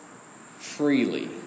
freely